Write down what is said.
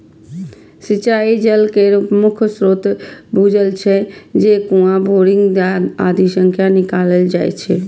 सिंचाइ जल केर मुख्य स्रोत भूजल छियै, जे कुआं, बोरिंग आदि सं निकालल जाइ छै